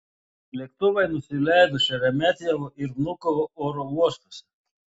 lėktuvai nusileido šeremetjevo ir vnukovo oro uostuose